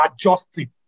adjusting